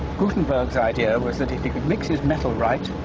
gutenberg's idea was that if he could mix his metal right,